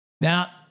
Now